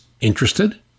Interested